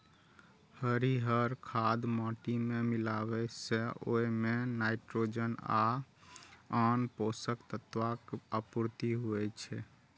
हरियर खाद माटि मे मिलाबै सं ओइ मे नाइट्रोजन आ आन पोषक तत्वक आपूर्ति होइ छै